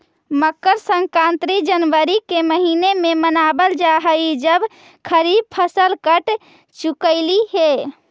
मकर संक्रांति जनवरी के महीने में मनावल जा हई जब खरीफ फसल कट चुकलई हे